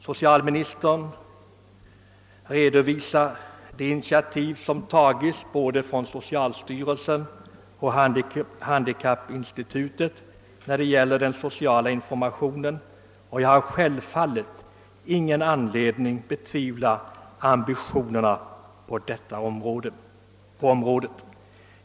Socialministern redovisar de initiativ som tagits både från socialstyrelsen och handikappinstitutet när det gäller den sociala informationen, och jag har självfallet ingen anledning betvivla ambitionerna på området.